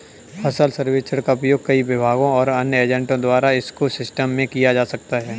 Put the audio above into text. फसल सर्वेक्षण का उपयोग कई विभागों और अन्य एजेंटों द्वारा इको सिस्टम में किया जा सकता है